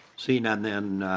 seeing none and